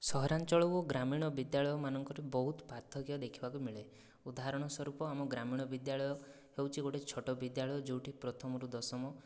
ସହରାଞ୍ଚଳକୁ ଗ୍ରାମୀଣ ବିଦ୍ୟାଳୟମାନଙ୍କରୁ ବହୁତ ପାର୍ଥକ୍ୟ ଦେଖିବାକୁ ମିଳେ ଉଦାହରଣ ସୁରୂପ ଆମ ଗ୍ରାମୀଣ ବିଦ୍ୟାଳୟ ହେଉଛି ଗୋଟେ ଛୋଟ ବିଦ୍ୟାଳୟ ଯୋଉଠି ପ୍ରଥମରୁ ଦଶମ